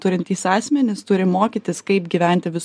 turintys asmenys turi mokytis kaip gyventi vis